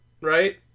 right